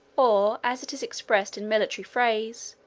or, as it is expressed in military phrase,